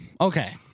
okay